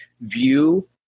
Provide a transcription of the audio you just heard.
view